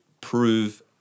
prove